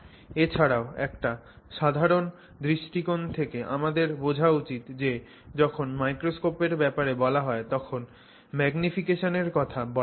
এছাড়াও একটা সাধারণ দৃষ্টিকোণ থেকে আমাদের বোঝা উচিত যে যখন মাইক্রোস্কোপ এর ব্যাপারে বলা হয় তখন এর ম্যাগনিফিকেশন এর কথা বলা হয়